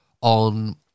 on